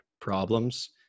problems